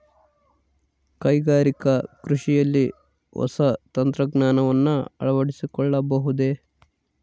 ಕೈಗಾರಿಕಾ ಕೃಷಿಯಲ್ಲಿ ಹೊಸ ತಂತ್ರಜ್ಞಾನವನ್ನ ಅಳವಡಿಸಿಕೊಳ್ಳಬಹುದೇ?